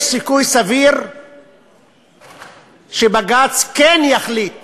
יש סיכוי סביר שבג"ץ כן יחליט